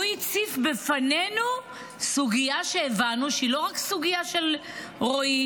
והוא הציף בפנינו סוגיה שהבנו שהיא לא רק סוגיה של רועי,